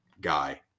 guy